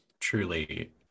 Truly